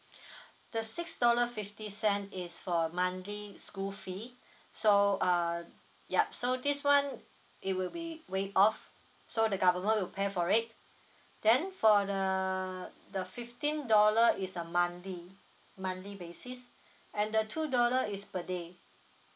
the six dollar fifty cent is for monthly school fee so uh yup so this one it will be waived off so the government will pay for it then for the the fifteen dollar is a monthly monthly basis and the two dollar is per day